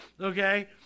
Okay